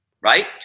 right